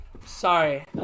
Sorry